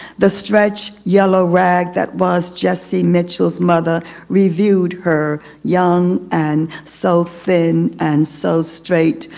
the stretch yellow rag that was jesse mitchell's mother reviewed her young, and so thin, and so straight.